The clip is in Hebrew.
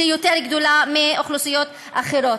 יותר גדולה מאשר לאוכלוסיות אחרות,